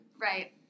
right